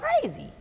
crazy